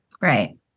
Right